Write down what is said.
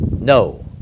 no